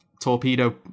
torpedo